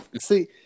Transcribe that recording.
See